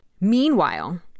Meanwhile